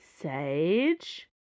Sage